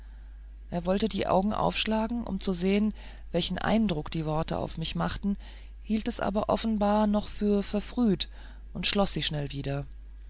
er wollte die augen aufschlagen um zu sehen welchen eindruck die worte auf mich machten hielt es aber offenbar noch für verfrüht und schloß sie schnell wieder